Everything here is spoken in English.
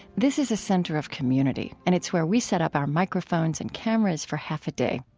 this is a center of community, and it's where we set up our microphones and cameras for half a day.